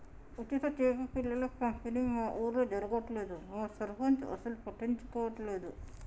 ఉచిత చేప పిల్లల పంపిణీ మా ఊర్లో జరగట్లేదు మా సర్పంచ్ అసలు పట్టించుకోవట్లేదు